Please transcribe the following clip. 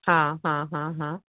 हा हा हा हा